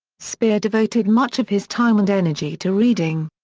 speer devoted much of his time and energy to reading.